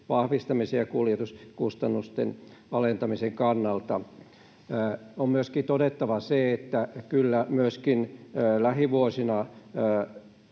vahvistamisen ja kuljetuskustannusten alentamisen kannalta. On todettava se, että kyllä myöskin lähivuosina